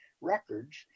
records